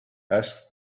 asked